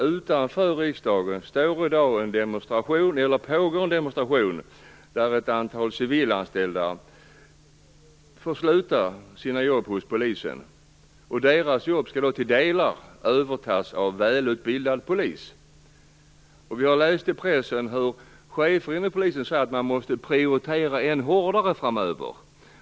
Utanför riksdagen pågår i dag en demonstration på grund av att ett antal civilanställda måste sluta sin anställning hos polisen. Deras jobb skall till delar övertas av välutbildad polis. Jag har läst i pressen att chefer inom polisen säger att de måste prioritera ännu hårdare framöver.